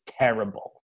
terrible